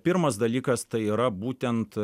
pirmas dalykas tai yra būtent